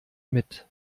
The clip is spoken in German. mit